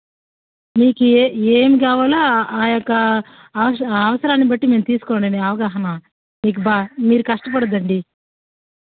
మీకు ఏ ఏం కావాలో ఆ ఆ యొక్క అ అవసరాన్ని బట్టి మీరు తీసుకొనే అవగాహన మీకు బ మీరు కష్టపడొద్దండి